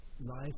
life